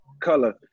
color